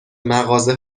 مغازه